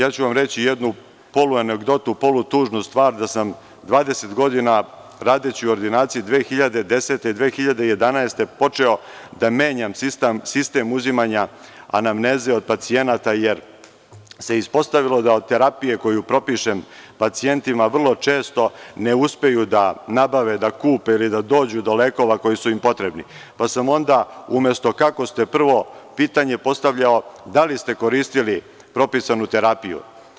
Reći ću vam jednu polu anegdotu, polu tužnu stvar, da sam 20 godina radeći u ordinaciji, 2010, 2011. godine počeo da menjam sistem uzimanja anamneze od pacijenata, jer se ispostavilo da od terapije koju propišem pacijentima vrlo često ne uspeju da nabave, da kupe ili da dođu do lekova koji su im potrebni, pa sam onda, umesto kako ste, prvo pitanje postavljao – da li ste koristili propisanu terapiju?